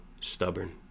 stubborn